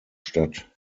stadt